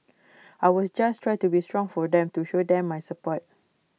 I was just try to be strong for them to show them my support